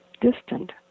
distant